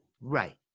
Right